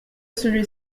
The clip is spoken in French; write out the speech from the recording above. celui